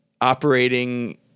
operating